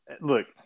Look